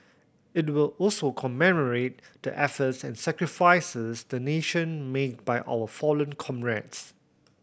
it will also commemorate the efforts and sacrifices the nation made by our fallen comrades